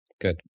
good